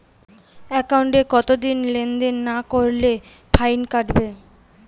একাউন্টে কতদিন লেনদেন না করলে ফাইন কাটবে?